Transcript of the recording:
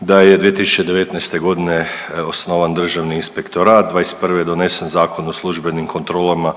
da je 2019. godine osnovan Državni inspektorat, '21. je donesen Zakon o službenim kontrolama